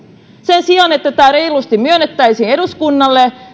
sen sijaan että tämä reilusti myönnettäisiin eduskunnalle